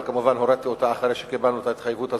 אבל כמובן הורדתי אותה אחרי שקיבלנו את ההתחייבות הזאת,